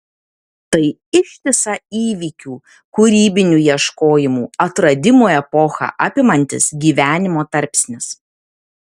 tai ištisą įvykių kūrybinių ieškojimų atradimų epochą apimantis gyvenimo tarpsnis